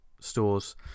stores